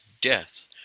death